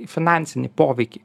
finansinį poveikį